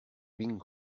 vint